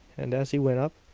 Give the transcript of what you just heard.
and as he went up,